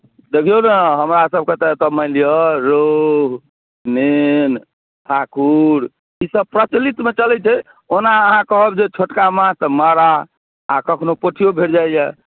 देखियौ ने हमरासभकेँ तऽ एतय मानि लिअ रहु नेन भाकुर ईसभ प्रचलितमे चलैत छै ओना अहाँ कहब जे छोटका माछ तऽ माड़ा आ कखनो पोठियो भेट जाइए